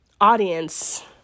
audience